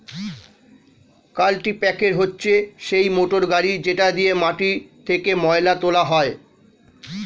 কাল্টিপ্যাকের হচ্ছে সেই মোটর গাড়ি যেটা দিয়ে মাটি থেকে ময়লা তোলা হয়